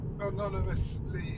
anonymously